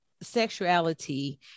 sexuality